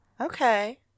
Okay